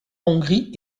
hongrie